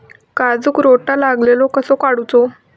काजूक रोटो लागलेलो कसो काडूचो?